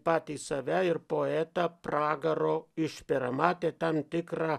patį save ir poetą pragaro išpera matė tam tikrą